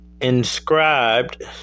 inscribed